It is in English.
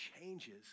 changes